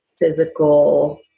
physical